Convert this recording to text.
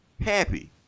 happy